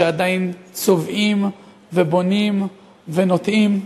שעדיין צובעים ובונים ונוטעים?